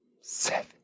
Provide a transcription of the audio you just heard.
Seven